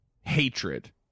hatred